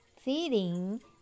Feeding